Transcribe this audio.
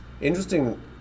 interesting